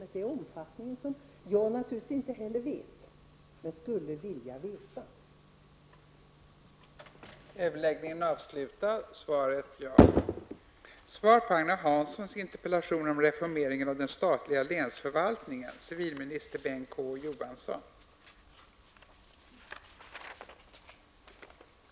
Det gäller omfattningen, som jag inte heller känner till, men skulle vilja känna till.